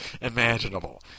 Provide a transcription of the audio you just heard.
imaginable